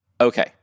Okay